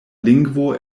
lingvo